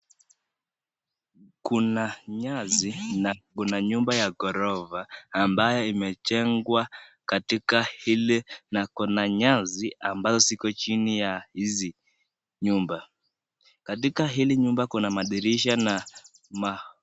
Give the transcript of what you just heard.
Kuna nyasi na kuna nyumba ya ghorofa ambayo imejengwa katika hili na kuna nyasi ambazo ziko chini ya hizi nyumba. Katika hili nyumba kuna madirisha na ma,,,,